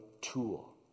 tool